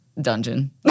Dungeon